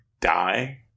die